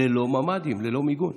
ללא ממ"דים, ללא מיגון.